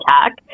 attack